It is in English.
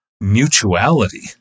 mutuality